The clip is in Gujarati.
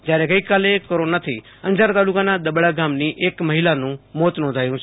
જ્યારે ગઈકાલે કોરોનાથી અંજાર તાલુકાના દબડા ગામની એક મહિલાનું મોત નોંધાયું છે